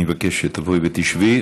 אני מבקש שתבואי ותשבי.